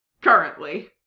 currently